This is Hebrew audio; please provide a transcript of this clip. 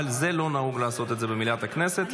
אבל זה לא נהוג לעשות את זה במליאת הכנסת,